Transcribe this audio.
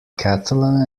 catalan